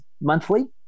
monthly